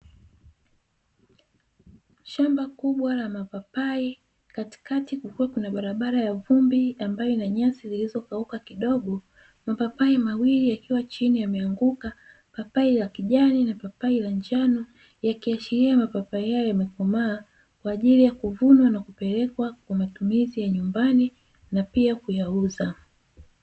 Shamba kubwa la mapapai katikati kulikuwa kuna barabara ya vumbi ambayo ina nyasi zilizokauka kidogo, mapapai mawili yakiwa chini yameanguka papai za kijani na papai la njano ya kiashiria mapapa yao yamekomaa kwa ajili ya kuvunwa, na kupelekwa kwa matumizi ya nyumbani na pia kuyauza.